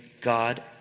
God